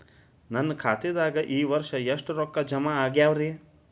ನನ್ನ ಖಾತೆದಾಗ ಈ ವರ್ಷ ಎಷ್ಟು ರೊಕ್ಕ ಜಮಾ ಆಗ್ಯಾವರಿ?